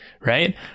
right